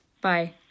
Bye